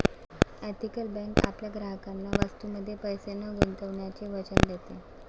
ethical bank आपल्या ग्राहकांना वस्तूंमध्ये पैसे न गुंतवण्याचे वचन देते